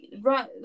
right